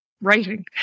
writing